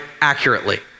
accurately